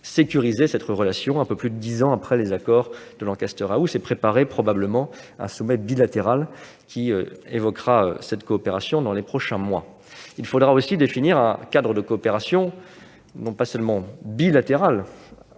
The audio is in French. sécuriser cette relation, un peu plus de dix ans après les accords de Lancaster House et préparer un sommet bilatéral pour évoquer cette coopération dans les prochains mois. Il faudra aussi définir un cadre de coopération, non pas seulement